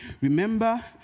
Remember